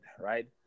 right